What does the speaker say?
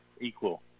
equal